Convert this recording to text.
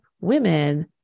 women